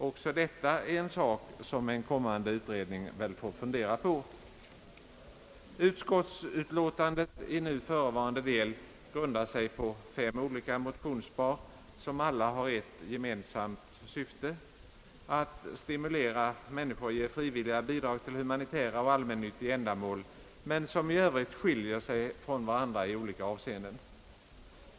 Också detta är en sak som en kommande utredning får fundera på. Utskottsutlåtandet i nu ifrågavarande del grundar sig på fem olika motionspar, som alla har ett gemensamt syfte — att stimulera människor att ge frivilliga bidrag till humanitära och allmännyttiga ändamål — men som i övrigt skiljer sig från varandra i olika avseenden.